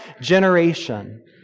generation